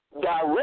direct